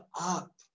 up